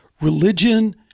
religion